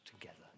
together